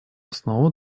основу